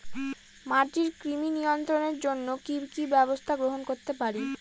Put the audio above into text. মাটির কৃমি নিয়ন্ত্রণের জন্য কি কি ব্যবস্থা গ্রহণ করতে পারি?